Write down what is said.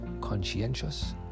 conscientious